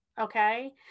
okay